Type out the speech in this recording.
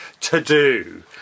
to-do